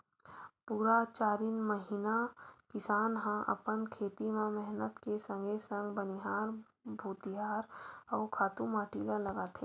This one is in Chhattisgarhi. पुरा चारिन महिना किसान ह अपन खेत म मेहनत के संगे संग बनिहार भुतिहार अउ खातू माटी ल लगाथे